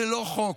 זה לא חוק.